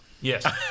Yes